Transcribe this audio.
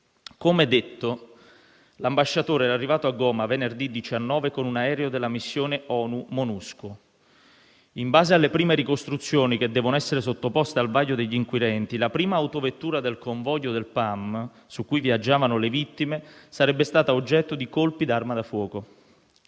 Come detto, l'ambasciatore era arrivato a Goma venerdì 19 con un aereo della missione ONU Monusco. In base alle prime ricostruzioni, che devono essere sottoposte al vaglio degli inquirenti, la prima autovettura del convoglio del PAM, su cui viaggiavano le vittime, sarebbe stata oggetto di colpi di arma da fuoco.